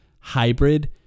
hybrid